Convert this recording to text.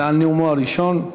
ועל נאומו הראשון,